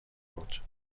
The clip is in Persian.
بود